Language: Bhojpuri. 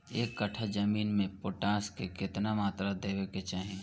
एक कट्ठा जमीन में पोटास के केतना मात्रा देवे के चाही?